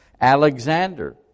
Alexander